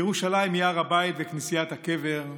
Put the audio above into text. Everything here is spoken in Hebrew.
ירושלים היא הר הבית וכנסיית הקבר.